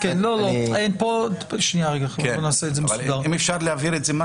האם אפשר להבהיר את זה?